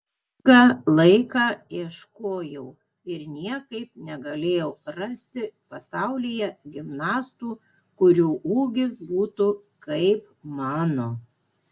ilgą laiką ieškojau ir niekaip negalėjau rasti pasaulyje gimnastų kurių ūgis būtų kaip mano